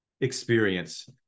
experience